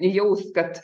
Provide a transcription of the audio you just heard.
jaus kad